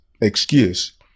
excuse